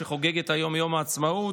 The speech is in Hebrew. שחוגגת היום את יום העצמאות.